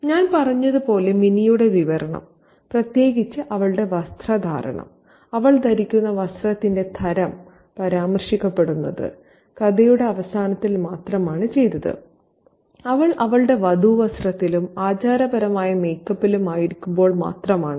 ഞാൻ പറഞ്ഞതുപോലെ മിനിയുടെ വിവരണം പ്രത്യേകിച്ച് അവളുടെ വസ്ത്രധാരണം അവൾ ധരിക്കുന്ന വസ്ത്രത്തിന്റെ തരം പരാമർശിക്കപ്പെടുന്നത് കഥയുടെ അവസാനത്തിൽ മാത്രമാണ് ചെയ്തത് അവൾ അവളുടെ വധു വസ്ത്രത്തിലും ആചാരപരമായ മേക്കപ്പിലും ആയിരിക്കുമ്പോൾ മാത്രമാണത്